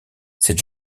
cette